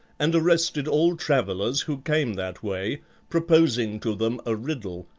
and arrested all travellers who came that way proposing to them a riddle,